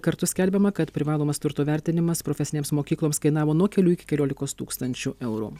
kartu skelbiama kad privalomas turto vertinimas profesinėms mokykloms kainavo nuo kelių iki keliolikos tūkstančių eurų